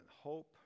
hope